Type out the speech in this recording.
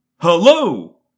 Hello